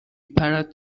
پرد